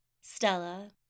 Stella